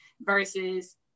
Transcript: versus